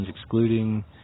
Excluding